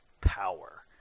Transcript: power